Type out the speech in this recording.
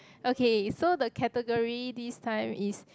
okay so the category this time is